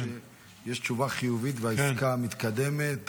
שיש תשובה חיובית והעסקה מתקדמת.